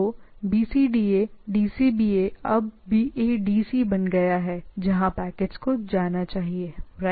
तो BCDA DCBA अब BADC बन गया है जहां पैकेट्स को जाना चाहिए राइट